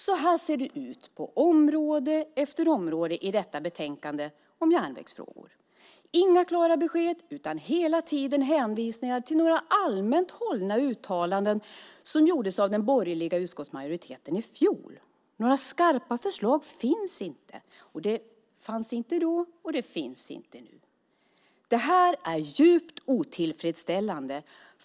Så här ser det ut på område efter område i detta betänkande om järnvägsfrågor. Det är inga klara besked utan hela tiden hänvisningar till några allmänt hållna uttalanden som gjordes av den borgerliga utskottsmajoriteten i fjol. Några skarpa förslag fanns inte då och finns inte nu. Detta är djupt otillfredsställande.